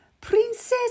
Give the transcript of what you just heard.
Princess